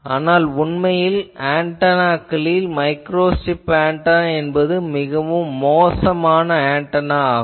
ஆனால் உண்மையில் ஆன்டெனாக்களில் மைக்ரோஸ்ட்ரிப் ஆன்டெனா என்பது மிக மோசமான ஆன்டெனா ஆகும்